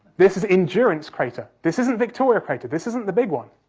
this is endurance crater. this isn't victoria crater, this isn't the big one,